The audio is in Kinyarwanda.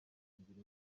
kugira